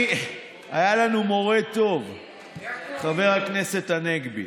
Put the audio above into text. היה לנו מורה טוב, חבר הכנסת הנגבי.